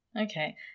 Okay